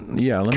yeah, like